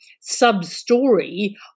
sub-story